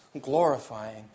glorifying